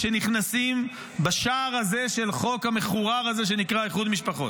שנכנסים בשער הזה של החוק המחורר הזה שנקרא איחוד משפחות.